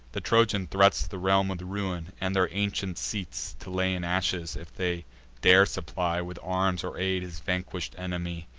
the trojan threats the realm with ruin, and their ancient seats to lay in ashes, if they dare supply with arms or aid his vanquish'd enemy